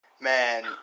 Man